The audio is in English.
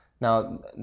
now